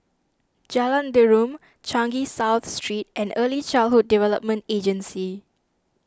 Jalan Derum Changi South Street and Early Childhood Development Agency